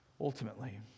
ultimately